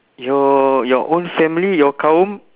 your your own family your kaum